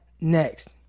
next